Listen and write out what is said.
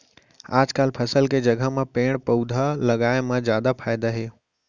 आजकाल फसल के जघा म पेड़ पउधा लगाए म जादा फायदा हे